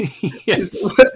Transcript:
Yes